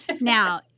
Now